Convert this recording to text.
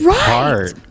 right